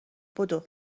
بدو